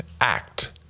act